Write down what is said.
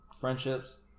Friendships